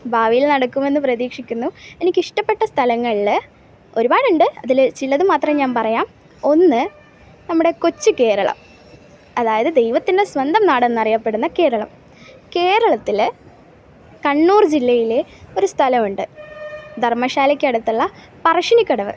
ഭാവിയിൽ നടക്കുമെന്ന് പ്രതീക്ഷിക്കുന്നു എനിക്കിഷ്ടപ്പെട്ട സ്ഥലങ്ങളിൽ ഒരുപാടുണ്ട് അതിൽ ചിലത് മാത്രം ഞാൻ പറയാം ഒന്ന് നമ്മുടെ കൊച്ച് കേരളം അതായത് ദൈവത്തിൻ്റെ സ്വന്തം നാടെന്നറിയപ്പെടുന്ന കേരളം കേരളത്തിൽ കണ്ണൂർ ജില്ലയിലെ ഒരു സ്ഥലമുണ്ട് ധർമ്മശാലക്കടുത്തുള്ള പറശ്ശിനിക്കടവ്